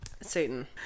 Satan